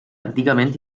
antigament